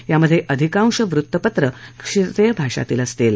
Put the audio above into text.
यामधे अधिकांश वृत्तपत्र क्षेत्रीय भाषातील असतील